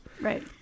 Right